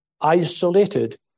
isolated